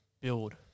build